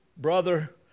brother